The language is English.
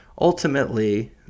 ultimately